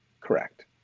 Correct